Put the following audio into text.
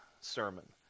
sermon